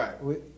Right